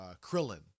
Krillin